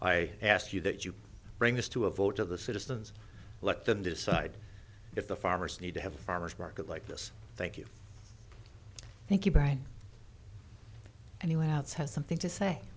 i ask you that you bring this to a vote of the citizens let them decide if the farmers need to have a farmer's market like this thank you thank you bye anyone else has something to